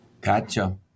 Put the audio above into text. Gotcha